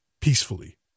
Peacefully